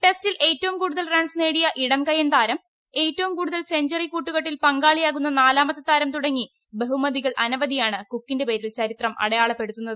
ടെസ്റ്റിൽ ഏറ്റവും കൂടുതൽ റൺസ് നേടിയ ഇടം കയ്യൻ താരം ഏറ്റവും കൂടുതൽ സെഞ്ചറി കൂട്ടുകെട്ടിൽ പങ്കാളിയാകുന്ന നാലാമത്തെ താരം തുടങ്ങി ബഹുമതികൾ അനവധിയാണ് കുക്കിന്റെ പേരിൽ ചരിത്രം അടയാളപ്പെടുത്തുന്നത്